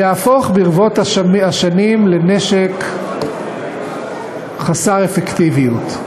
יהפוך ברבות השנים לנשק חסר אפקטיביות.